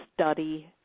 study